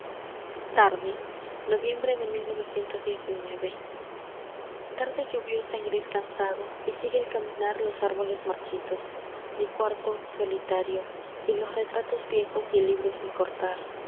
biblioteca nacional de españa n oviem bre de igig arde lluviosa en gris cansado t y sigue el caminar los árboles marchitos mi cuarto solitario y los retratos viejos y el libro sin cortar